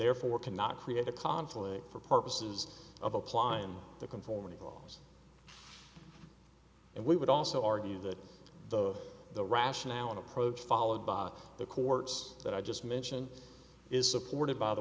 therefore cannot create a conflict for purposes of applying the conformity was and we would also argue that the the rationale approach followed by the course that i just mentioned is supported by the